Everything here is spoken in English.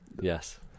yes